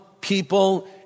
people